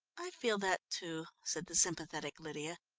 i feel that, too, said the sympathetic lydia.